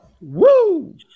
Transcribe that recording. Woo